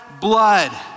blood